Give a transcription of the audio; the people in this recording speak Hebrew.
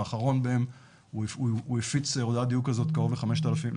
האחרון בהם הוא הפיץ הודעת דיוג כזאת לקרוב ל-5,000